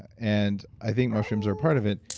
and i think mushrooms are a part of it.